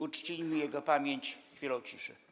Uczcijmy jego pamięć chwilą ciszy.